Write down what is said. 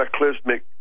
cataclysmic